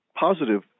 positive